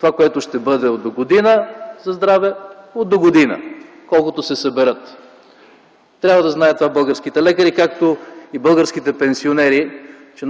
Това, което ще бъде от догодина за здраве – от догодина, колкото се съберат. Трябва да знаят това българските лекари, както и българските пенсионери, че